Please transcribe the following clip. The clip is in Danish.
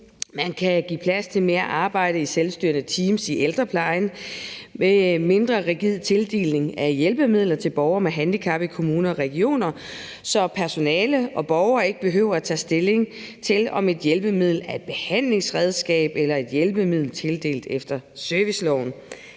Man kunne give plads til mere arbejde i selvstyrende teams i ældreplejen og have en mindre rigid tildeling af hjælpemidler til borgere med handicap i kommuner og regioner, så personalet og borgerne ikke behøvede at tage stilling til, om et hjælpemiddel er et behandlingsredskab eller et hjælpemiddel tildelt efter serviceloven.